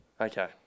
Okay